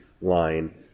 line